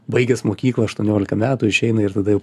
baigęs mokyklą aštuoniolika metų išeina ir tada jau